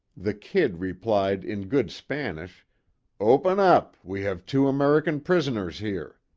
the kid replied in good spanish open up, we have two american prisoners here.